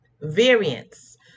Variance